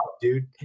dude